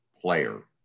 player